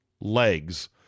legs